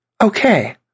okay